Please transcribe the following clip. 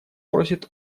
просит